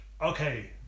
okay